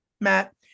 Matt